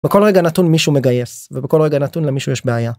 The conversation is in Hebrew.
בכל רגע נתון מישהו מגייס ובכל רגע נתון למישהו יש בעיה.